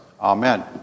Amen